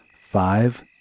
Five